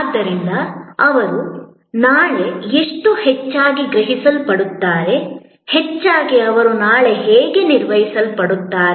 ಆದ್ದರಿಂದ ಅವರು ನಾಳೆ ಎಷ್ಟು ಹೆಚ್ಚಾಗಿ ಗ್ರಹಿಸಲ್ಪಡುತ್ತಾರೆ ಹೆಚ್ಚಾಗಿ ಅವರು ನಾಳೆ ಹೇಗೆ ನಿರ್ವಹಿಸಲ್ಪಡುತ್ತಾರೆ